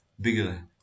bigger